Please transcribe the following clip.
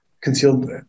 concealed